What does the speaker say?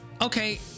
okay